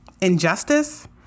injustice